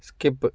skip